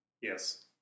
Yes